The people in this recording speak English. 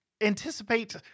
anticipate